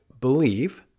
believe